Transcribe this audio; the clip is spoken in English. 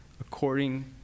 according